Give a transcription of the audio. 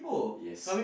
yes